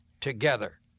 together